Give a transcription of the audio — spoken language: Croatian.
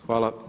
Hvala.